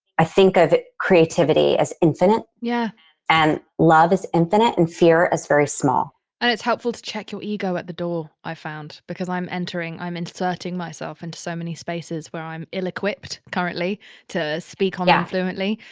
i think of creativity as infinite yeah and love is infinite. and fear is very small and it's helpful to check your ego at the door, i found. because i'm entering, i'm inserting myself into so many spaces where i'm ill-equipped currently to speak on yeah fluently,